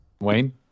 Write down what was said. Wayne